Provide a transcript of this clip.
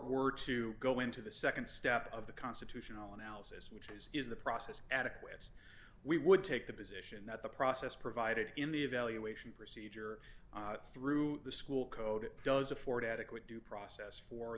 were to go into the nd step of the constitutional analysis which is is the process adequate we would take the position that the process provided in the evaluation procedure through the school code it does afford adequate due process for